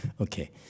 Okay